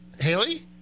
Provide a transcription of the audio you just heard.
Haley